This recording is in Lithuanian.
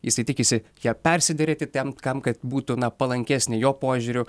jisai tikisi ją persiderėti ten kam kad būtų na palankesnė jo požiūriu